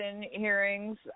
hearings